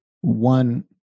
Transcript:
One